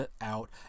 out